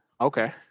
Okay